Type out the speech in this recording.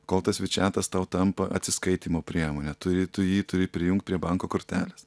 kol tas vičiatas tau tampa atsiskaitymo priemone turi tu jį turi prijungt prie banko kortelės